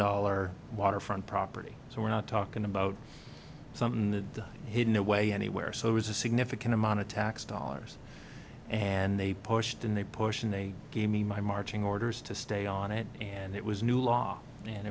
dollar waterfront property so we're not talking about something in the hidden away anywhere so it was a significant amount of tax dollars and they pushed and they pushed and they gave me my marching orders to stay on it and it was new law and